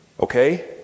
okay